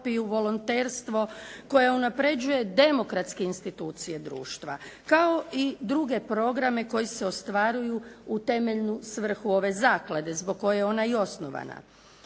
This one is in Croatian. volonterstvo koje unapređuje demokratske institucije društva kao i druge programe koji se ostvaruju u temeljnu svrhu ove zaklade zbog koje je ona i osnovana.